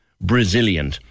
Brazilian